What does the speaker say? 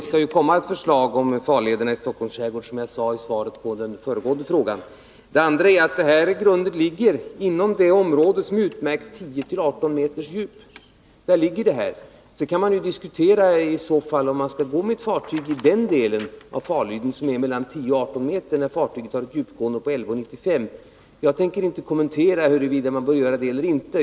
Herr talman! Det skall ju, som jag sade i svaret på den föregående frågan, komma ett förslag om farlederna i Stockholms skärgård. Det här grundet ligger inom det område som är utmärkt med 10-18 meters djup. Sedan kan man naturligtvis diskutera, om man i så fall skall gå med fartyg i den del av farleden som har mellan 10 och18 meters djup när fartyget har ett djupgående på 11,95, men jag tänker inte kommentera huruvida man bör göra det eller inte.